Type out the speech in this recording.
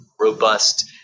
robust